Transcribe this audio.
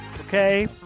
Okay